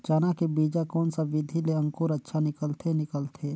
चाना के बीजा कोन सा विधि ले अंकुर अच्छा निकलथे निकलथे